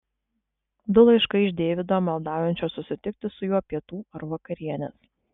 du laiškai iš deivido maldaujančio susitikti su juo pietų ar vakarienės